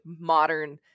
modern